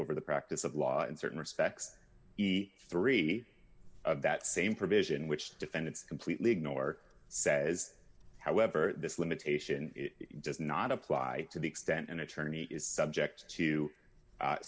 over the practice of law in certain respects the three that same provision which defendants completely ignore says however this limitation it does not apply to the extent an attorney is subject to